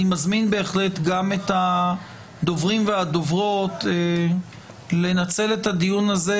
אני מזמין בהחלט גם את הדוברים והדוברות לנצל את הדיון הזה,